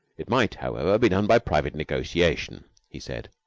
it might, however, be done by private negotiation, he said.